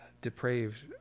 depraved